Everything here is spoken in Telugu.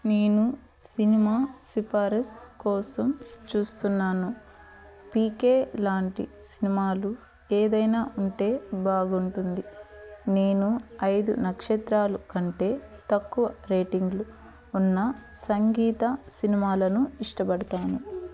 నేను సినిమా సిఫారస్ కోసం చూస్తున్నాను పీ కే లాంటి సినిమాలు ఏదైనా ఉంటే బాగుంటుంది నేను ఐదు నక్షత్రాలు కంటే తక్కువ రేటింగ్లు ఉన్న సంగీత సినిమాలను ఇష్టపడుతాను